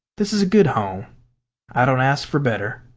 this is a good home i don't ask for better.